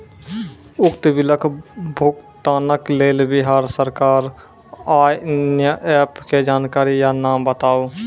उक्त बिलक भुगतानक लेल बिहार सरकारक आअन्य एप के जानकारी या नाम बताऊ?